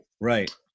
right